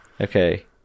Okay